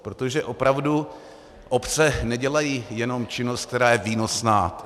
Protože opravdu obce nedělají jenom činnost, která je výnosná.